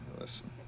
listen